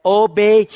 obey